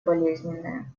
болезненная